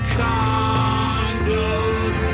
condos